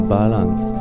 balance